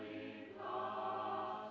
the ah